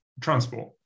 transport